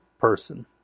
person